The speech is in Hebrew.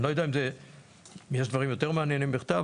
אני לא יודע אם יש דברים יותר מעניינים בכתב.